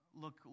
look